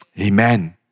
Amen